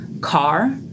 car